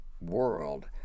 world